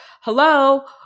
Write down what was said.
Hello